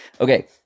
Okay